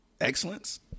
excellence